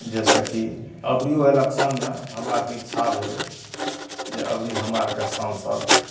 जैसे की अबरियो इलेक्शनमे हमरा आरके इच्छा भेलै जे अबरी हमरा आरके सांसद